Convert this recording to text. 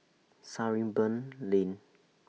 Sarimbun Lane